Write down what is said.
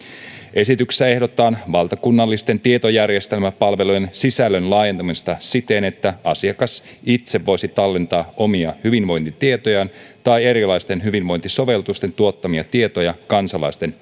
esityksessä ehdotetaan valtakunnallisten tietojärjestelmäpalvelujen sisällön laajentamista siten että asiakas itse voisi tallentaa omia hyvinvointitietojaan tai erilaisten hyvinvointisovellusten tuottamia tietoja kansalaisten